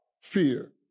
fear